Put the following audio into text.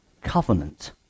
covenant